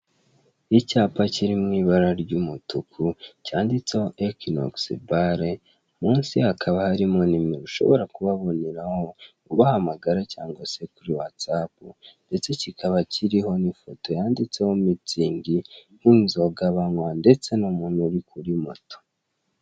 Icyapa kiri mu ibara ry'umutuku cyanditseho ekwinokisi bare, musi hakaba harimo nimero ushobora kubaboneraho ubahamagara cyangwa se kuri watsapu, ndetse kikaba kiriho n'ifoto yanditseho mitsingi nk'inzoga banywa ndetse n'umuntu uri kuri moto.